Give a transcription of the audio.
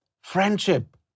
friendship